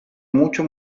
mucho